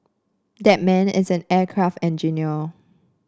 that man is an aircraft engineer